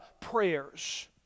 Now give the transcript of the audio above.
Prayers